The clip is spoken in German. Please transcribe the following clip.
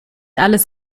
alles